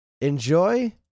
enjoy